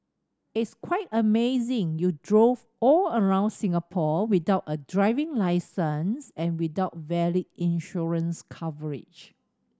it's quite amazing you drove all around Singapore without a driving licence and without valid insurance coverage